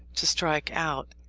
to strike out,